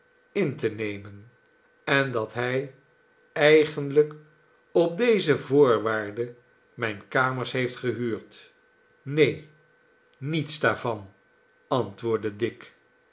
in te nemen en dat hij eigenlijk op deze voorwaarden mijne kamers heeft gehuurd neen niets daarvan antwoordde dick